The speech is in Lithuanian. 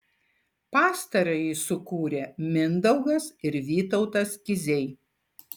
pastarąjį sukūrė mindaugas ir vytautas kiziai